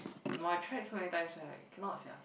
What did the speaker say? no I tried so many times like cannot sia